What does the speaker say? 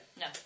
No